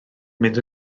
mynd